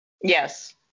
Yes